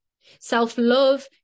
Self-love